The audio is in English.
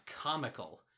comical